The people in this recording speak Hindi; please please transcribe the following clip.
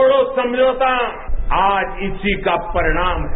बोर्डा समझौता आज इसी का परिणाम है